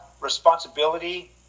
responsibility